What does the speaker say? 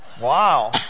Wow